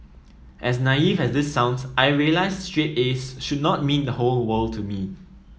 as naive as this sounds I realised straight as should not mean the whole world to me